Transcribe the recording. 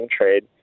trade